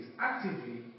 actively